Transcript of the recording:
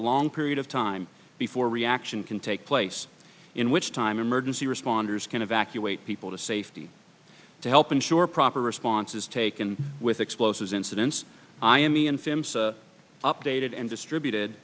long period of time before reaction can take place in which time emergency responders can evacuate people to safety to help ensure proper response is taken with explosives incidents i m e in films updated and distributed